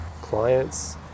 clients